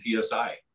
PSI